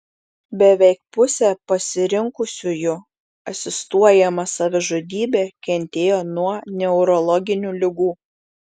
beveik pusė pasirinkusiųjų asistuojamą savižudybę kentėjo nuo neurologinių ligų